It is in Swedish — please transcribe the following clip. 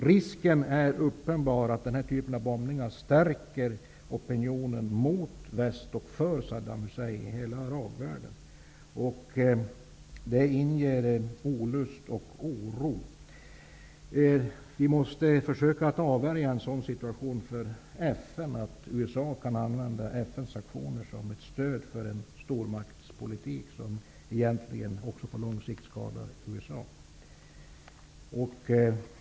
Risken är uppenbar att denna typ av bombningar stärker opinionen i hela arabvärlden mot väst och för Saddam Hussein. Detta inger olust och oro. Man måste försöka undvika att USA använder FN:s aktioner som stöd för en stormaktspolitik, vilken långsiktigt också kan skada USA.